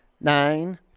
nine